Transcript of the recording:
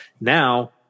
Now